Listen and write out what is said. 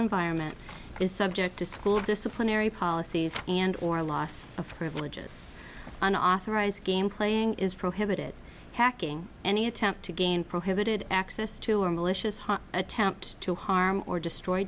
environment is subject to school disciplinary policies and or loss of privileges unauthorized game playing is prohibited hacking any attempt to gain prohibited access to a malicious attempt to harm or destroy